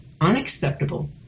unacceptable